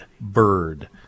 bird